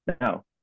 No